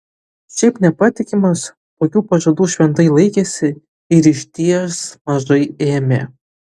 šiaip nepatikimas tokių pažadų šventai laikėsi ir išties mažai ėmė